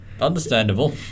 understandable